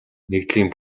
нэгдлийн